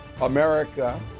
America